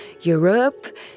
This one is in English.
Europe